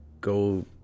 go